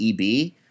EB